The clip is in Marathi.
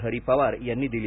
हरी पवार यांनी दिली